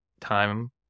time